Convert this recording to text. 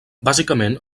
bàsicament